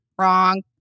wrong